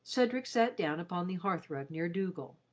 cedric sat down upon the hearth-rug near dougal.